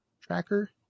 tracker